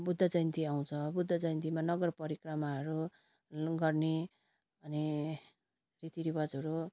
बुद्ध जयन्ती आउँछ बुद्ध जयन्तीमा नगरपरिक्रमाहरू गर्ने अनि रीतिरिवाजहरू